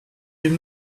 give